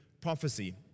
prophecy